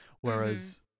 Whereas